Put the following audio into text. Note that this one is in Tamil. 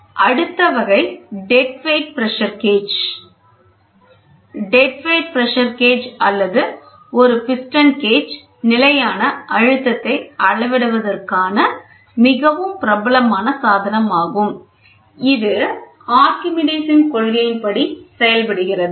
அடுத்த வகை டெட் வெயிட் பிரஷர் கேஜ் இறந்த டெட் வெயிட் பிரஷர் கேஜ் அல்லது ஒரு பிஸ்டன் கேஜ் நிலையான அழுத்தத்தை அளவிடுவதற்கான மிகவும் பிரபலமான சாதனமாகும் இது ஆர்க்கிமிடிஸ் கொள்கையின் படி செயல்படுகிறது